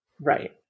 right